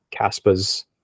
CASPA's